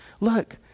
look